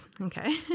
okay